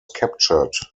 captured